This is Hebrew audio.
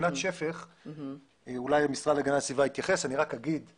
דיברו על הכנסתה לפעולה